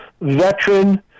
veteran